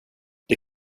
det